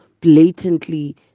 blatantly